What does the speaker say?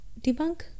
Debunk